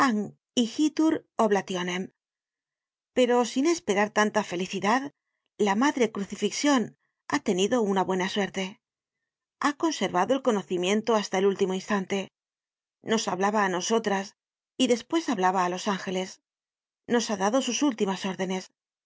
pero sin esperar tanta felicidad la madre crucifixion ha tenido una buena muerte ha conservado el conocimiento hasta el último instante nos hablaba á nosotras y despues hablaba á los ángeles nos ha dado sus últimas órdenes